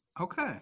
Okay